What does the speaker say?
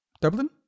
Dublin